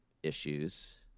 Issues